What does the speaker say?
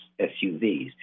SUVs